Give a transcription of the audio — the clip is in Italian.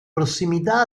prossimità